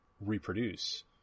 reproduce